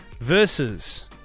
versus